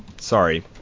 Sorry